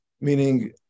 meaning